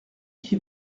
qui